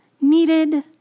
needed